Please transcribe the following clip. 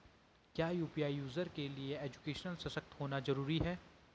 क्या UPI user के लिए एजुकेशनल सशक्त होना जरूरी है?